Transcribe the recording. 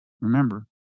remember